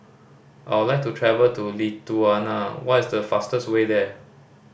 I would like to travel to Lithuania what is the fastest way there